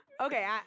Okay